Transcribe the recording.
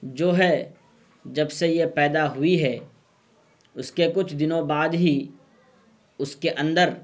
جو ہے جب سے یہ پیدا ہوئی ہے اس کے کچھ دنوں بعد ہی اس کے اندر